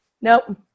Nope